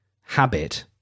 habit –